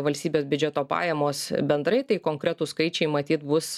valstybės biudžeto pajamos bendrai tai konkretūs skaičiai matyt bus